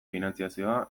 finantzazioa